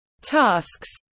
tasks